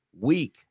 week